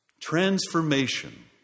Transformation